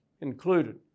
included